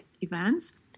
events